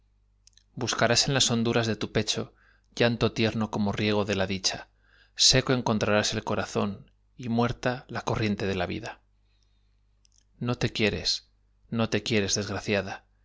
buscarás en las honduras de tu pecho llanto tierno como riego de la dicha seco encontrarás el corazón y muerta la corriente de la vida no te quieres no te quieres desgraciada